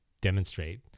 demonstrate